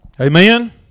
Amen